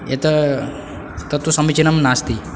यत् तत्तु समीचिनं नास्ति